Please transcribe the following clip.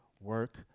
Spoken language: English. work